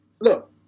Look